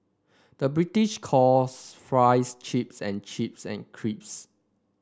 the British calls fries chips and chips and crips